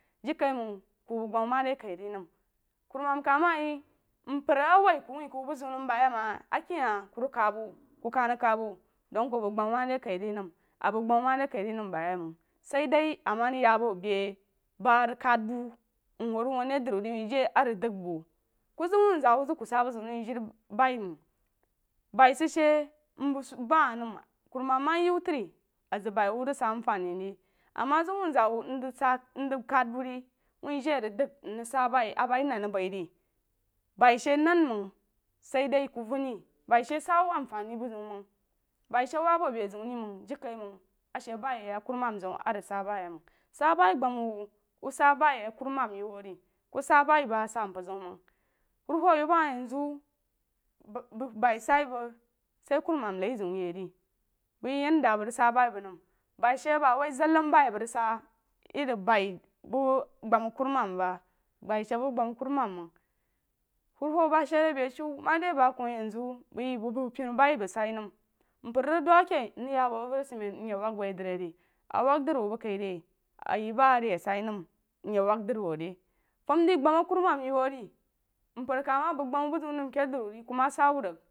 Jirikaiməng ku bəng gbah ma de kai re nən kurumam kah ma yeh mpər a woi ku wuh ku bəng bu zeun nəm ba yeh məng hah a kei yah ku rig ka wuh ku kah rig kab wuh dəng ku bəng gbah ma re kai re nəm a bəng gbah ba dah kai rí nəm ba yah məng sah dəi ama rig yah bo be ba rig kad bu n wuh rig wunri dri wuh a rig dəng bu ku zəng wun-zaa wuh wuh ku zəng ku sah bou zeun rí wuh jai a rig sah bai məng bai sad she mn ku bəng ba hah nəm kurumam ma yeh wuh tri a zəng baí wuh, wuh zəng sah afah – ne re ama zəng wun – zaa nzəg sah nəng kad bu ri wuh jai a rig dəng rig sah baí a baí nən rig bəi re bai nan məng sah dah ku ven reh bai she sah wuh amfani bu zeun məng baí she wab wuh a beí zeun rí məng jirikaiməng a she baí a kurumam zəm a rig sah bah yeh məng sah bai gbah wuh, wuh sah baí a kurumam yeh wuh re ku sah baí bəng asah mpər zeun məng whur wuhou yeh ba hah nzəw dəng baí sah bəng sah – kurumam laí zeun yeh re bəng yeh, yan dah a bəng rig sah baí bəng nəm bai sha ba wah zadag baí a bu ríg sah re baí bu gbanh kurumam ba baí she bəng gbanh kurumam məng wher wuhou ba she re beí sky ma re ba ku yeh zu yeh bu bəng penu bai bəng sah nəm mpər rig dəng keh nrig yah bu avəri-asid men nyeh wak beí drí re a wak drí wuh bəng kaí re a yeh ba a rig yak sah nəng, nyeh wak-drí wuh re fam drí gbanuh a kuruman yeh wuh re mpər a isahn ma bəng gbanh mu zeun nəm a keh dri wuh re ku dma sah wuti rig.